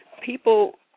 people